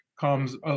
comes